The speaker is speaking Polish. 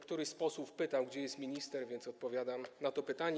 Któryś z posłów pytał, gdzie jest minister, więc odpowiadam na to pytanie.